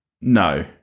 No